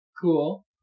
cool